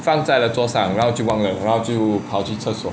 放在了桌上然后就忘了然后就就跑去厕所